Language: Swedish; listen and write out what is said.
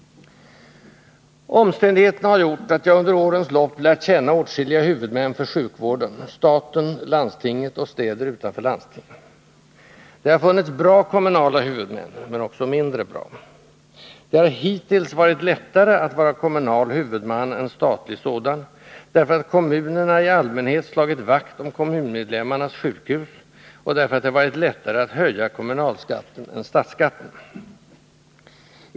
Omständigheterna har gjort att jag under årens lopp lärt känna åtskilliga huvudmän för sjukvården — staten, landstinget och städer utanför landsting. Det har funnits bra kommunala huvudmän, men också mindre bra. Det har hittills varit lättare att vara kommunal huvudman än statlig sådan, därför att kommunerna i allmänhet slagit vakt om kommunmedlemmarnas sjukhus och därför att det varit lättare att höja kommunalskatten än statsskatten.